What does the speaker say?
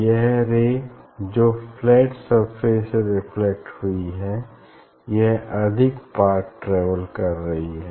यह रे जो flat surface से रिफ्लेक्ट हुई है यह अधिक पाथ ट्रेवल कर रही है